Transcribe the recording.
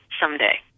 someday